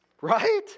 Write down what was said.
right